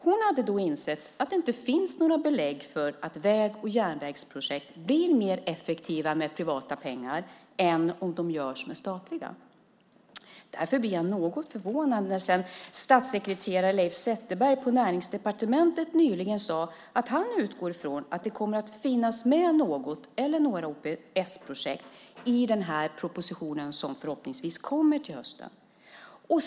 Hon hade då insett att det inte finns några belägg för att väg och järnvägsprojekt blir mer effektiva med privata pengar än med statliga. Därför blev jag något förvånad när statssekreterare Leif Zetterberg på Näringsdepartementet nyligen sade att han utgår från att det kommer att finnas med något eller några OPS-projekt i den proposition som förhoppningsvis kommer till hösten.